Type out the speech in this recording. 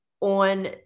on